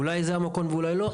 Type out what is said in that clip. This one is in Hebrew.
אולי זה המקום ואולי לא,